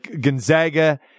Gonzaga